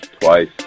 twice